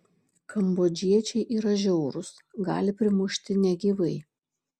kambodžiečiai yra žiaurūs gali primušti negyvai